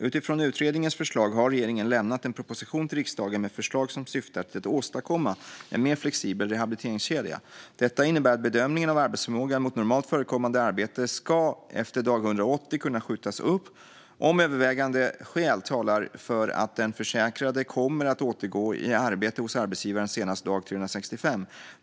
Utifrån utredningens förslag har regeringen lämnat en proposition till riksdagen med förslag som syftar till att åstadkomma en mer flexibel rehabiliteringskedja. Detta innebär att bedömningen av arbetsförmågan mot normalt förekommande arbete efter dag 180 ska kunna skjutas upp om övervägande skäl talar för att den försäkrade kommer att återgå i arbete hos arbetsgivaren senast dag 365.